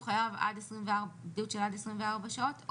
חייב בידוד של עד 24 שעות,